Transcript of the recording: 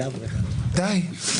די, תודה.